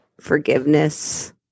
forgiveness